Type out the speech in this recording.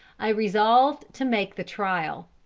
i resolved to make the trial.